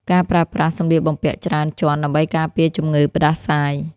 ការប្រើប្រាស់សម្លៀកបំពាក់ច្រើនជាន់ដើម្បីការពារជំងឺផ្ដាសាយ។